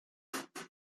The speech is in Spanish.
cuatro